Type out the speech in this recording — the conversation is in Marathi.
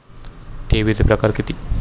ठेवीचे प्रकार किती?